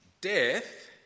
Death